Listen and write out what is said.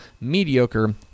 mediocre